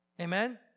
Amen